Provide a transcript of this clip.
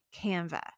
Canva